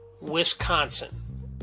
Wisconsin